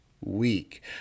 week